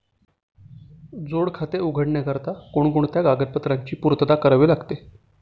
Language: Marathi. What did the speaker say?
जोड खाते उघडण्याकरिता कोणकोणत्या कागदपत्रांची पूर्तता करावी लागते?